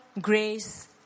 grace